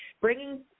bringing